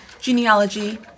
genealogy